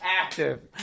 Active